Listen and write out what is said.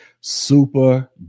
Super